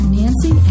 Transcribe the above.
nancy